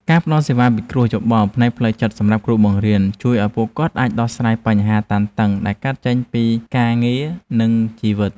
ការផ្តល់សេវាពិគ្រោះយោបល់ផ្នែកផ្លូវចិត្តសម្រាប់គ្រូបង្រៀនជួយឱ្យពួកគាត់អាចដោះស្រាយបញ្ហាតានតឹងដែលកើតចេញពី ការងារនិងជីវិត។